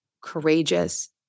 courageous